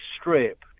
strip